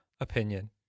opinion